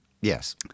Yes